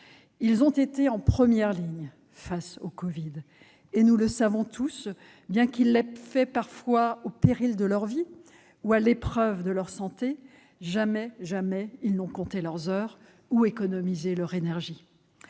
Ils ont été en première ligne face au covid, et- nous le savons tous -, bien qu'ils l'aient parfois fait au péril de leur vie ou à l'épreuve de leur santé, jamais ils n'ont compté leurs heures ou économisé leur énergie.